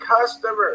customers